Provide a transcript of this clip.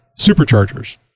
Superchargers